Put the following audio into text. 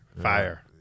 Fire